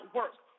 work